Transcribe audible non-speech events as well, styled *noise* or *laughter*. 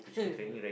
*laughs*